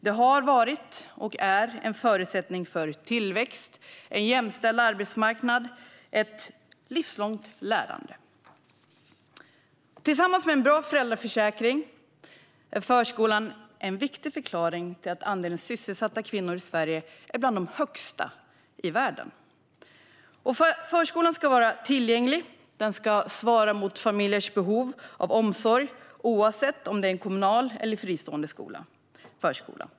Den har varit och är en förutsättning för tillväxt, en jämställd arbetsmarknad och ett livslångt lärande. Tillsammans med en bra föräldraförsäkring är förskolan en viktig förklaring till att andelen sysselsatta kvinnor i Sverige är bland den högsta i världen. Förskolan ska vara tillgänglig och svara mot familjers behov av omsorg, oavsett om det är en kommunal eller fristående förskola.